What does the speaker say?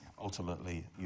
ultimately